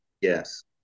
Yes